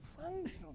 function